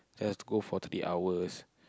just go for three hours